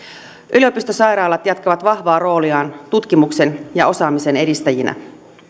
yliopistosairaalat jatkavat vahvaa rooliaan tutkimuksen ja osaamisen edistäjinä